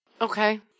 Okay